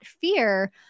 fear